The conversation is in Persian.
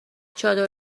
چادر